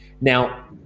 now